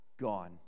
gone